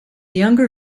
younger